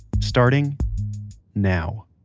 starting now